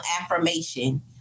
affirmation